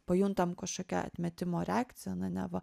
pajuntam kažkokią atmetimo reakciją na neva